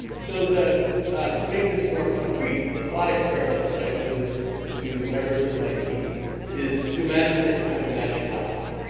so to make this more concrete, the thought experiment that i pose to the members of my team is to imagine that you have a magic laptop,